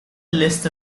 list